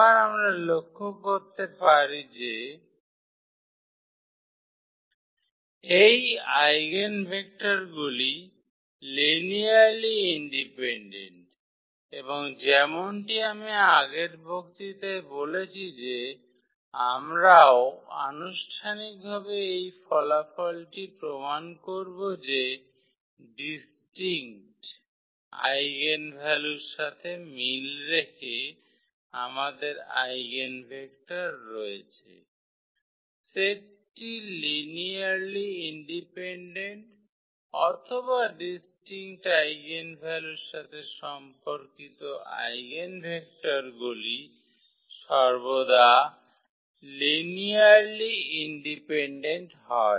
আবার আমরা লক্ষ করতে পারি যে এই আইগেনভেক্টরগুলি লিনিয়ারলি ইন্ডিপেন্ডেন্ট এবং যেমনটি আমি আগের বক্তৃতায় বলেছি যে আমরাও আনুষ্ঠানিকভাবে এই ফলাফলটি প্রমাণ করব যে ডিস্টিঙ্কট আইগেনভ্যালুগুলির সাথে মিল রেখে আমাদের আইগনভেক্টর রয়েছে সেটটি লিনিয়ারলি ডিপেন্ডেন্ট অথবা ডিস্টিঙ্কট আইগেনভ্যালুগুলির সাথে সম্পর্কিত আইগেনভেক্টরগুলি সর্বদা লিনিয়ারলি ইন্ডিপেন্ডেন্ট হয়